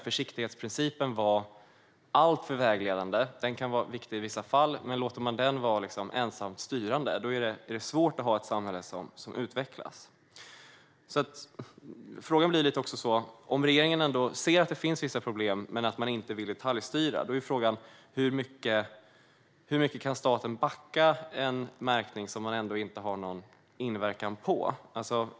Försiktighetsprincipen kan vara viktig i vissa fall, men låter man den vara alltför vägledande och ensamt styrande är det svårt att ha ett samhälle som utvecklas. Om regeringen ser att det finns vissa problem men inte vill detaljstyra är frågan hur mycket staten kan backa en märkning som man inte har någon inverkan på.